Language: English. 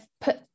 put